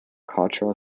cultural